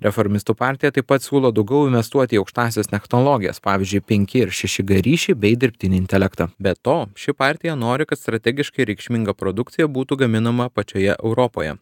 reformistų partija taip pat siūlo daugiau investuoti į aukštąsias technologijas pavyzdžiui penki ir šeši g ryšį bei dirbtinį intelektą be to ši partija nori kad strategiškai reikšminga produkcija būtų gaminama pačioje europoje